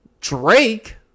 Drake